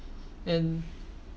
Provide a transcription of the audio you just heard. and